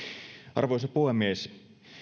arvoisa puhemies